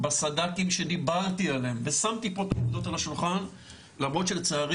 בסד"כים שדיברתי עליהם ושמתי פה תעודות על השולחן למרות שלצערי